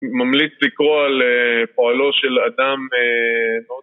ממליץ לקרוא על פועלו של אדם מאוד חשוב